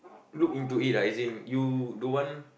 look into it ah as in you don't want